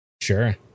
Sure